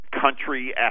country